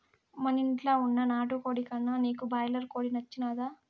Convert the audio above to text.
మనింట్ల వున్న నాటుకోడి కన్నా నీకు బాయిలర్ కోడి నచ్చినాదా